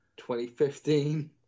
2015